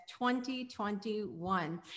2021